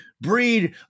breed